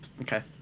Okay